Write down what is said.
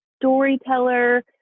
storyteller